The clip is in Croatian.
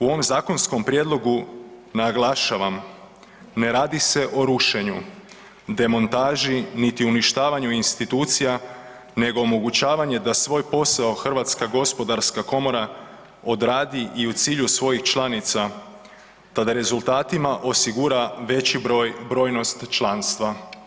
U ovom zakonskom prijedlogu naglašavam ne radi se o rušenju, demontaži niti uništavanju institucija nego omogućavanje da svoj posao Hrvatska gospodarska komora odradi i u cilju svojih članica te da rezultatima osigura veći broj brojnost članstva.